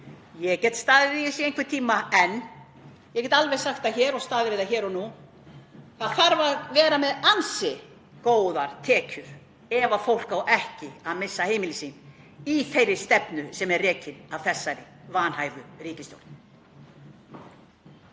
Ég get staðið undir því í einhvern tíma en ég get alveg staðið við það og sagt það hér og nú: Það þarf að vera með ansi góðar tekjur ef fólk á ekki að missa heimili sín í þeirri stefnu sem er rekin af þessari vanhæfu ríkisstjórn.